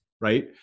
right